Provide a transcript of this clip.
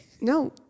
no